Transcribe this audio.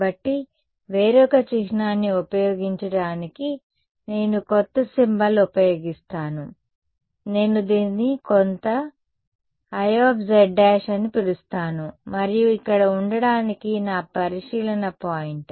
కాబట్టి వేరొక చిహ్నాన్ని ఉపయోగించడానికి నేను కొత్త సింబల్ ఉపయోగిస్తాను నేను దీన్ని కొంత Iz′ అని పిలుస్తాను మరియు ఇక్కడ ఉండడానికి నా పరిశీలన పాయింట్